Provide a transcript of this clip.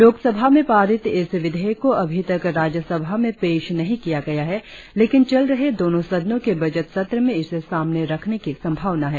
लोक सभा में पारित इस विधेयक को अभी तक राज्य सभा में पेश नहीं किया गया है लेकिन चल रहे दोनो सदनों के बजट सत्र में इसे सामने रखने की संभावना है